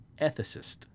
ethicist